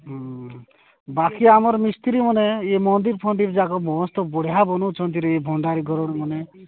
ହୁଁ ବାକି ଆମର ମିସ୍ତ୍ରୀମାନେ ଏଇ ମନ୍ଦିର ଫନ୍ଦିର ଯାକ ବହୁତ ବଢ଼ିଆ ବନଉଛନ୍ତି ଏ ଭଣ୍ଡାରୀଗରର ମାନେ